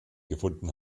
gefunden